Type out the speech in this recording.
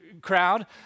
crowd